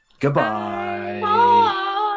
Goodbye